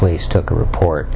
police took a report